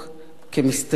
הקיים כמסתננים.